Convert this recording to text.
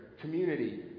community